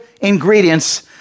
ingredients